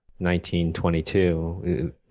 1922